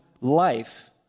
life